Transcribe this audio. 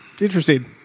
interesting